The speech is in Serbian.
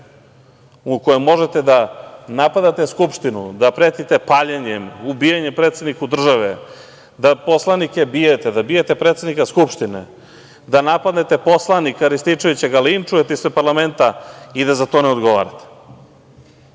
u kojoj možete da napadate Skupštinu, da pretite paljenjem, ubijanjem predsednika države, da poslanike bijete, da bijete predsednika Skupštine, da napadnete poslanika Rističevića, da ga linčujete ispred parlamenta i da za to ne odgovarate.